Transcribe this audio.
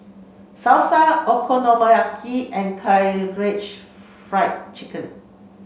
Salsa Okonomiyaki and Karaage Fried Chicken